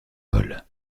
vol